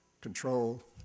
control